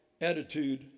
attitude